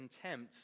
contempt